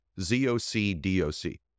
Z-O-C-D-O-C